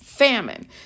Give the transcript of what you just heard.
famine